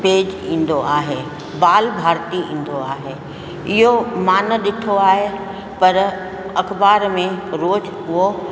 page ईंदो आहे बाल भारती ईंदो आहे इहो मां न ॾिठो आहे पर अख़बार में रोज़ु उहो